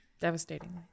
Devastatingly